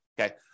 Okay